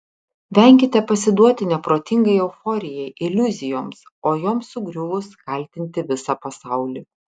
venkite pasiduoti neprotingai euforijai iliuzijoms o joms sugriuvus kaltinti visą pasaulį